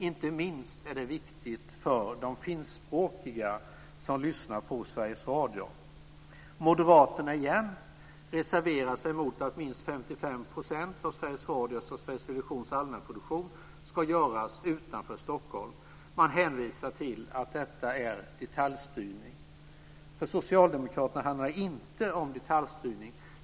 Inte minst är detta viktigt för de finskspråkiga som lyssnar på Sveriges Radio. Sveriges Radios och Sveriges Televisions allmänproduktion ska göras utanför Stockholm. Man hänvisar till att detta är detaljstyrning. För Socialdemokraterna handlar det inte om detaljstyrning.